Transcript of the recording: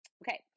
okay